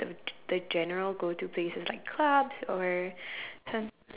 the the general go to places like clubs or some